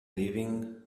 living